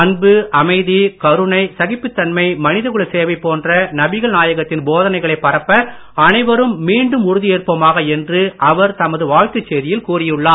அன்பு அமைதி கருணை சகிப்புத்தன்மை மனிதகுல சேவை போன்ற நபிகள் நாயகத்தின் போதனைகளை பரப்ப அனைவரும் மீண்டும் உறுதி ஏற்போமாக என்று அவர் தமது வாழ்த்துச் செய்தியில் கூறியுள்ளார்